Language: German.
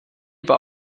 aber